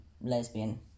lesbian